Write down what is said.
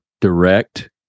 direct